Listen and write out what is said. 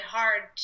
hard